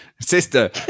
sister